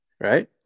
Right